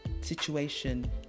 situation